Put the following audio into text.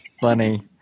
funny